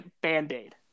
band-aid